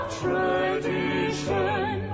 tradition